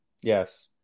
Yes